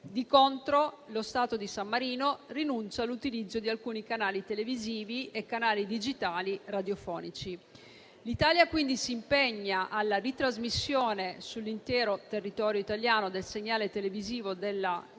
Di contro, lo Stato di San Marino rinuncia all'utilizzo di alcuni canali televisivi e canali digitali radiofonici. L'Italia quindi si impegna alla ritrasmissione sull'intero territorio italiano del segnale televisivo della RTV San